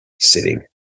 sitting